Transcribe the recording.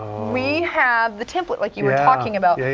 we have the template like you were talking about. yeah. yeah,